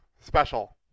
special